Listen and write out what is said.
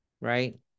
right